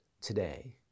today